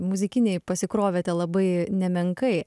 muzikinėj pasikrovėte labai nemenkai